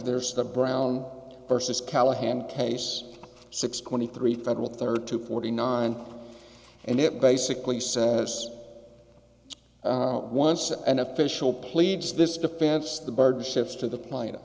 there's the brown versus callahan case six twenty three federal thirty to forty nine and it basically says once an official pleads this defense the burden shifts to the pla